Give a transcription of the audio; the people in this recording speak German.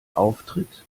auftritt